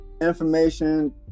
information